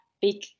big